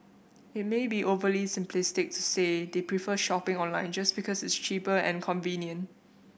it may be overly simplistic to say they prefer shopping online just because it's cheaper and convenient